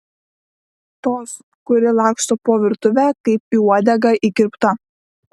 tos kuri laksto po virtuvę kaip į uodegą įkirpta